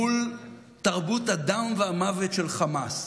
מול תרבות הדם והמוות של חמאס,